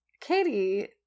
katie